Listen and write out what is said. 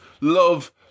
love